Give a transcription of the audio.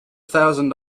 thousand